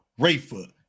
Rayford